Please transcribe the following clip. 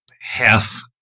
half